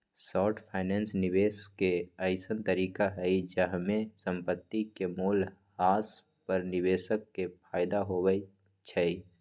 short finance निवेश के अइसँन तरीका हइ जाहिमे संपत्ति के मोल ह्रास पर निवेशक के फयदा होइ छइ